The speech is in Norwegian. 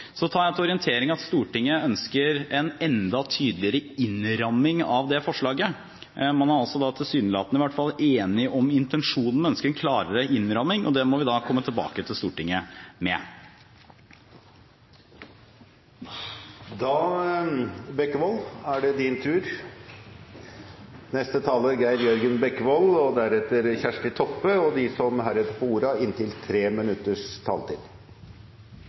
Så tar jeg til orientering at Stortinget ønsker en enda tydeligere innramming av det forslaget. Man er, tilsynelatende i hvert fall, enig om intensjonen, men ønsker en klarere innramming, og det må vi da komme tilbake til Stortinget